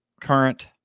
current